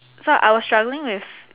so I was struggling with